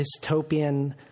dystopian